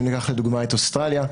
אם ניקח לדוגמה את אוסטרליה,